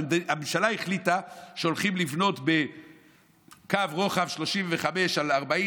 הממשלה החליטה שהולכים לבנות בקו רוחב 35/40